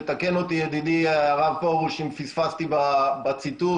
ותקן אותי ידידי הרב פורוש אם פספסתי בציטוט,